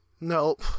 nope